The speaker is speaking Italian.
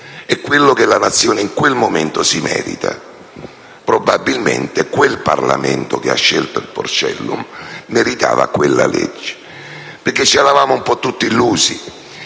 ma quella che la Nazione in quel momento si merita. Probabilmente quel Parlamento che ha scelto il porcellum meritava quella legge. Infatti, c'eravamo tutti illusi